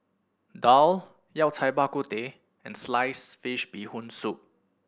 daal Yao Cai Bak Kut Teh and sliced fish Bee Hoon Soup